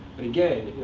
and again,